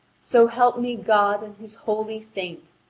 so help me god and his holy saint,